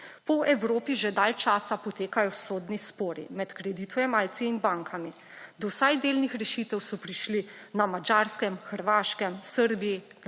Po Evropi že dlje časa potekajo sodni spori med kreditojemalci in bankami. Do vsaj delnih rešitev so prišli na Madžarskem, Hrvaškem, v Srbiji,